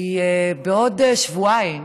כי בעוד שבועיים